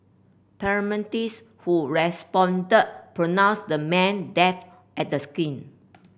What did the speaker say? paramedics who responded pronounced the man dead at the skin